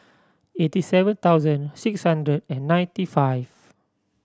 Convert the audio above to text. eighty seven thousand six hundred and ninety five